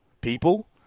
people